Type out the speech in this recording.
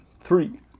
three